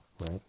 right